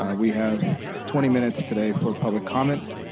ah we have twenty minutes today for public comment.